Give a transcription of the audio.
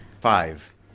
Five